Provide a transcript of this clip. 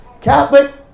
Catholic